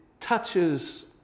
touches